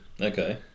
okay